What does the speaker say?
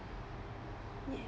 yeah